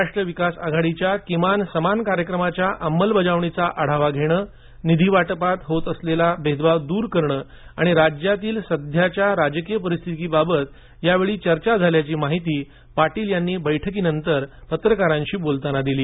महाराष्ट्र विकास आघाडीच्या किमान समान कार्यक्रमाच्या अंमलबजावणीचा आढावा घेणे निधी वाटपात होत असलेला भेदभाव दूर करणे आणि राज्यातील सध्याच्या राजकीय परिस्थितीबाबत यावेळी चर्चा झाल्याची माहिती पाटील यांनी बैठकींनंतर पत्रकारांशी बोलताना दिली